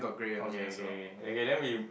okay K K okay then we